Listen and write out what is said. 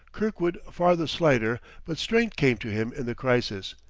kirkwood far the slighter, but strength came to him in the crisis,